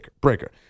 breaker